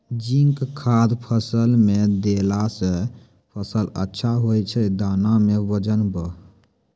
zinc खाद फ़सल मे देला से फ़सल अच्छा होय छै दाना मे वजन ब